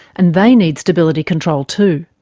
and they need stability control too.